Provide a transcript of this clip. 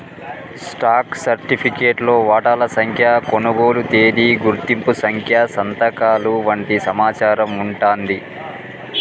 stock సర్టిఫికేట్లో వాటాల సంఖ్య, కొనుగోలు తేదీ, గుర్తింపు సంఖ్య సంతకాలు వంటి సమాచారం వుంటాంది